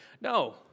No